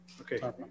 Okay